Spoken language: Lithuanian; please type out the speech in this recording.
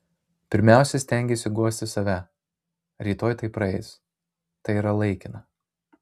pirmiausia stengiesi guosti save rytoj tai praeis tai yra laikina